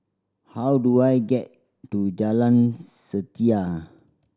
how do I get to Jalan Setia